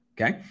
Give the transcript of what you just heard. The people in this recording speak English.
okay